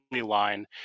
line